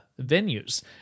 venues